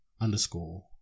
Underscore